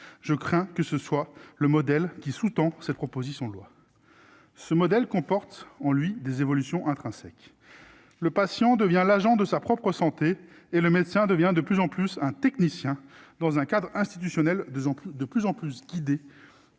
je crains que ce soit le modèle qui sous-tend cette proposition de loi ce modèle comporte en lui des évolutions intrinsèque, le patient devient l'agent de sa propre santé et le médecin devient de plus en plus un technicien dans un cadre institutionnel, 2 ans de plus en plus guidés